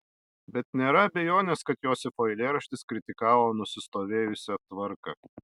bet nėra abejonės kad josifo eilėraštis kritikavo nusistovėjusią tvarką